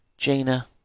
Gina